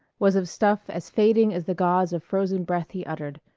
was of stuff as fading as the gauze of frozen breath he uttered.